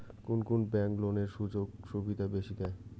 কুন কুন ব্যাংক লোনের সুযোগ সুবিধা বেশি দেয়?